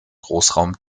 großraum